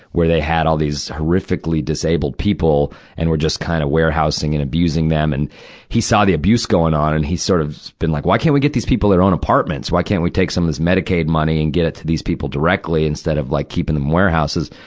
where they had all these horrifically disabled people and were just kind of warehousing and abusing them. and he saw the abuse going on, and he sort of been like, why can't we get these people their own apartments? why can't we take some of this medicaid money and get it to these people directly, instead of, like, keeping them in warehouses?